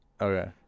Okay